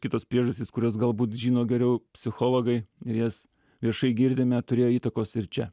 kitos priežastys kurias galbūt žino geriau psichologai ir jas viešai girdime turėjo įtakos ir čia